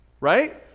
Right